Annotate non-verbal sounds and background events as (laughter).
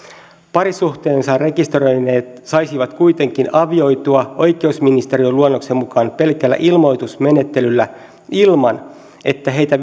parisuhteensa rekisteröineet saisivat kuitenkin avioitua oikeusministeriön luonnoksen mukaan pelkällä ilmoitusmenettelyllä ilman että heitä (unintelligible)